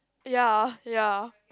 ya ya